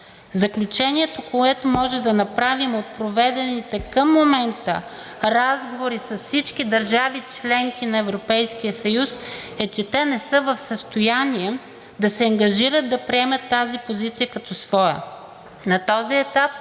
Заключението, което можем да направим след проведените към момента разговори с всички държави – членки на Европейския съюз, е, че те не са в състояние да се ангажират да приемат тази позиция като своя.